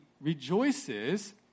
rejoices